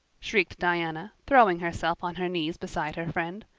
shrieked diana, throwing herself on her knees beside her friend.